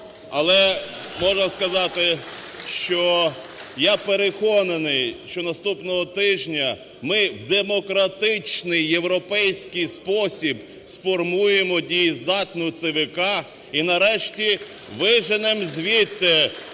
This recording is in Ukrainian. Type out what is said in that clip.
Але можна сказати, що я переконаний, що наступного тижня ми в демократичний європейський спосіб сформуємо дієздатну ЦВК і нарешті виженемо звідти